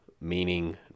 meaning